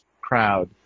crowd